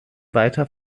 weiter